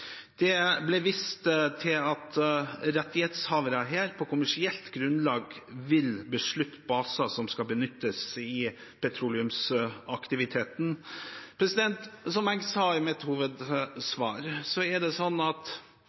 Det ble vist til at rettighetshavere på kommersielt grunnlag vil beslutte baser som skal benyttes i petroleumsaktiviteten. Som jeg sa i mitt hovedsvar, er det sånn at